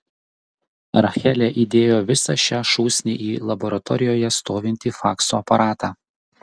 rachelė įdėjo visą šią šūsnį į laboratorijoje stovintį fakso aparatą